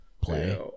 play